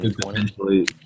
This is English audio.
potentially